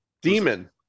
demon